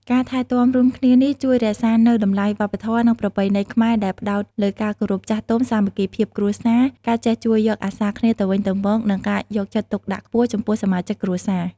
ការថែទាំរួមគ្នានេះជួយរក្សានូវតម្លៃវប្បធម៌ និងប្រពៃណីខ្មែរដែលផ្ដោតលើការគោរពចាស់ទុំ សាមគ្គីភាពគ្រួសារ ការចេះជួយយកអាសាគ្នាទៅវិញទៅមក និងការយកចិត្តទុកដាក់ខ្ពស់ចំពោះសមាជិកគ្រួសារ។